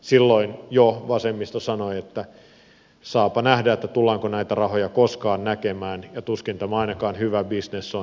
silloin jo vasemmisto sanoi että saapa nähdä tullaanko näitä rahoja koskaan näkemään ja tuskin tämä ainakaan hyvä bisnes on